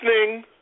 listening